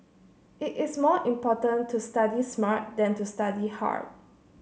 it is more important to study smart than to study hard